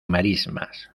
marismas